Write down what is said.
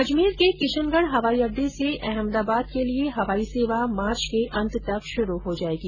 अजमेर के किशनगढ़ हवाई अड्डे से अहमदाबाद के लिए हवाई सेवा मार्च के अंत तक शुरू हो जाएगी